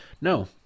no